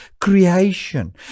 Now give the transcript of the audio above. creation